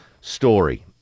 story